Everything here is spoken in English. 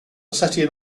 ossetian